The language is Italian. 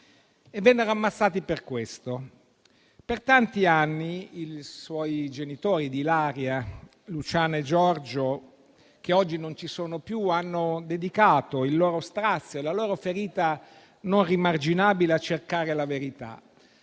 vennero ammazzati per questo. Per tanti anni, i genitori di Ilaria, Luciana e Giorgio, che oggi non ci sono più, hanno dedicato il loro strazio e la loro ferita non rimarginabile a cercare la verità.